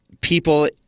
people